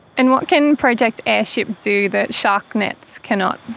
and what can project airship do that shark nets cannot?